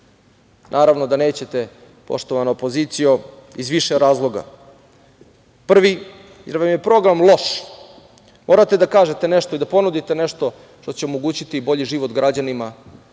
vrtić? Naravno da nećete, poštovana opozicijo, iz više razloga. Prvi, jer vam je program loš. Morate da kažete nešto i da ponudite nešto što će omogućiti bolji život građanima,